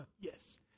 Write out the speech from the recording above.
Yes